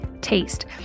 taste